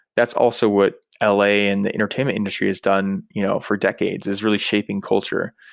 that's also what l a. and the entertainment industry has done you know for decades, is really shaping culture.